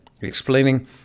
explaining